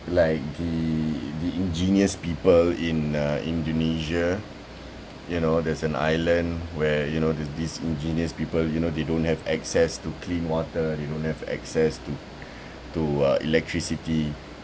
like the the ingenious people in uh indonesia you know there's an island where you know there's this ingenious people you know they don't have access to clean water they don't have access to to uh electricity